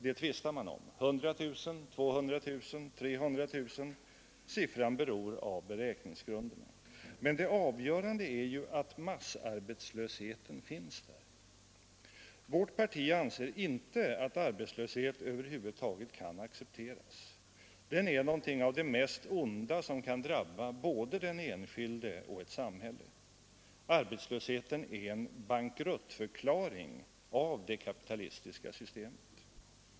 Det tvistar man om, 100 000, 200 000, 300 000 — siffran beror av beräkningsgrunderna. Men det avgörande är att massarbetslösheten finns där. Vårt parti anser inte att arbetslöshet över huvud taget kan accepteras. Den är någonting av det mest onda som kan drabba både den enskilde och ett samhälle. Arbetslösheten är en bankruttförklaring av det kapitalistiska systemet.